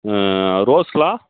ரோஸ்லாம்